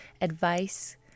advice